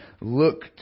look